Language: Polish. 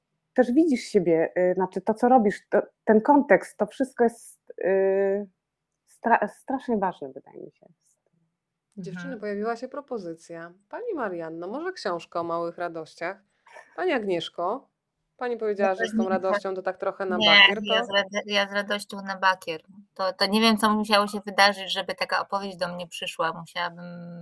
też widzisz siebie, y, znaczy to, co robisz, to- ten kontekst, to wszystko jest, y, stra- strasznie ważne, wydaje mi się. Dziewczyny, Mhm. pojawiła się propozycja. Pani Marianno, może książka o małych radościach? Pani Agnieszko, pani powiedziała, że z tą Zapewnienie- radością to tak trochę na Nie, bakier, ja to- z rad- ja z radością na bakier. To- to nie wiem, co musiało się wydarzyć, żeby taka opowieść do mnie przyszła. Musiałabym